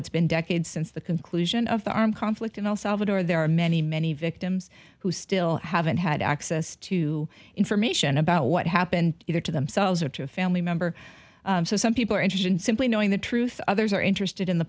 it's been decades since the conclusion of the armed conflict in el salvador there are many many victims who still haven't had access to information about what happened either to themselves or to a family member some people are interested in simply knowing the truth others are interested in the